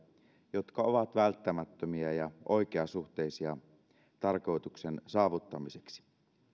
jotka ovat välttämättömiä ja oikeasuhteisia tarkoituksen saavuttamiseksi